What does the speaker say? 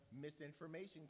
misinformation